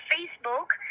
Facebook